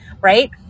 right